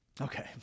Okay